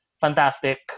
fantastic